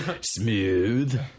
Smooth